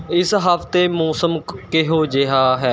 ਇਸ ਹਫ਼ਤੇ ਮੌਸਮ ਕ ਕਿਹੋ ਜਿਹਾ ਹੈ